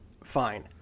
fine